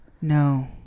No